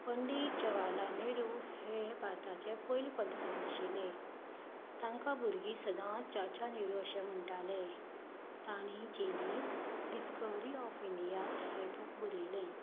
पंडित जवाहरलाल नेहरु हे भारताचें पयलें प्रंतप्रधान आशिल्ले तांकां भुरगीं सदांच चाचा नेहरु अशें म्हणटालें ताणे जेलींत डिस्कवरी ऑफ इंडिया हें बूक बरयलें